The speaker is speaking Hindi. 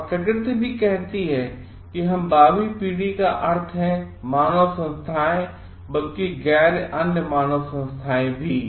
और प्रकृति भीकहती हैं हमारी भावी पीढ़ी का अर्थ है मानव संस्थाएँ बल्कि अन्य गैर मानवीय संस्थाएँ भी